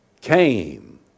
came